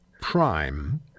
prime